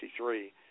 1963